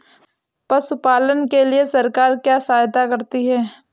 पशु पालन के लिए सरकार क्या सहायता करती है?